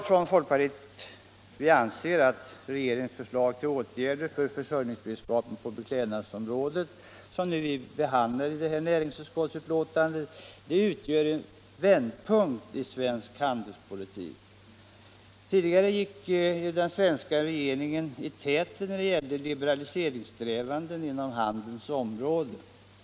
Från folkpartiets sida anser vi att regeringens förslag till åtgärder för försörjningsberedskapen på beklädnadsområdet som behandlas i detta betänkande från näringsutskottet utgör en vändpunkt i svensk handelspolitik. Tidigare gick den svenska regeringen i täten när det gällde liberaliseringssträvanden inom handelns område.